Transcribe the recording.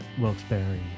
Wilkes-Barre